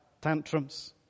tantrums